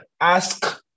ask